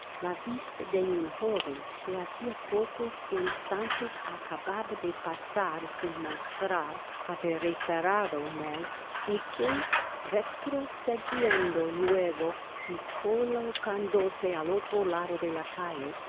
la vista de un joven que hacia pocos instantes acababa de pasar'sin mostrar baber reparado en él y que retrocediendo luego y colocándose al otro lado de la calle